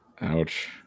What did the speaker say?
Ouch